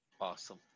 Awesome